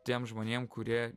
tiem žmonėm kurie